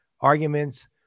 arguments